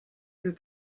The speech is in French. peut